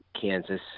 Kansas